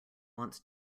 wants